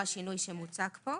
השינוי שמוצג פה.